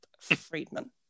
Friedman